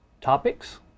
topics